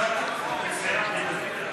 שעות